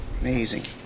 Amazing